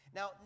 Now